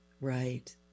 Right